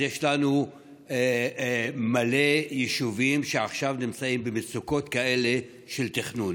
אז יש לנו מלא יישובים שעכשיו נמצאים במצוקות כאלה של תכנון